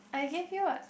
I gave you what